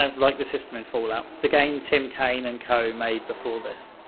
um like the system in fallout. the game tim cain and co made before this.